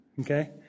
Okay